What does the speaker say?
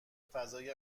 فضای